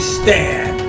stand